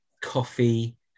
coffee